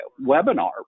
webinar